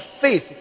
faith